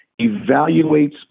evaluates